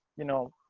you know,